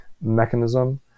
mechanism